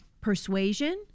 persuasion